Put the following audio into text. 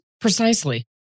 Precisely